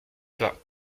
toi